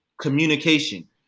communication